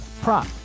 prop